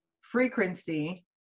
frequency